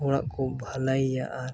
ᱦᱚᱲᱟᱜ ᱠᱚ ᱵᱷᱟᱹᱞᱟᱹᱭᱟ ᱟᱨ